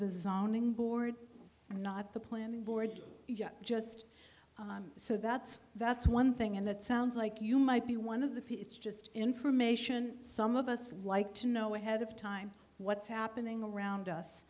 the zoning board and not the planning board just so that's that's one thing and it sounds like you might be one of the it's just information some of us like to know ahead of time what's happening around us